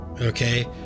okay